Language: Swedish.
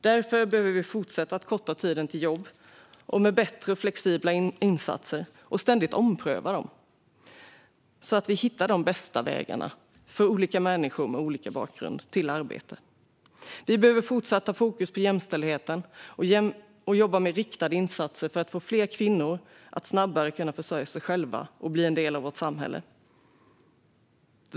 Därför behöver vi fortsätta att korta tiden till jobb med bättre och flexibla insatser och ständigt ompröva dem, så att vi hittar de bästa vägarna till arbete för olika människor med olika bakgrund. Vi behöver fortsatt ha fokus på jämställdheten och jobba med riktade insatser så att fler kvinnor snabbare kan försörja sig själva och bli en del av vårt samhälle.